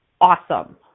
Awesome